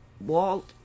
Walt